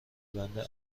بنده